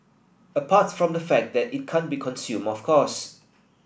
apart from the fact that it can't be consume of course